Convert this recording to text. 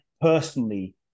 personally